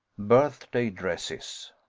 birthday dresses.